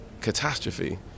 catastrophe